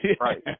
Right